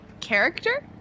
character